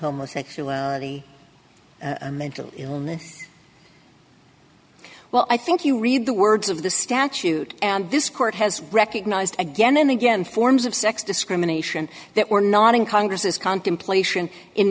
homosexuality a mental illness well i think you read the words of the statute and this court has recognized again and again forms of sex discrimination that were not in congress